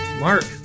Mark